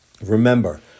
Remember